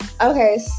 okay